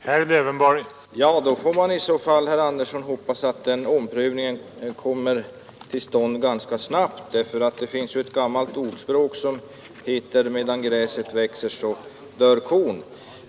Herr talman! I så fall får man, herr Andersson i Storfors, hoppas att den omprövningen kommer till stånd ganska snabbt, för det finns ju ett gammalt ordspråk som säger, att medan gräset gror dör kon.